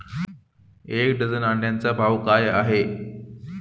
एक डझन अंड्यांचा भाव काय आहे?